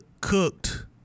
cooked